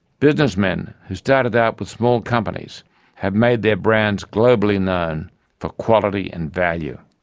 businessmen who started out with small companies have made their brands globally known for quality and value.